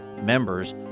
members